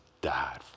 died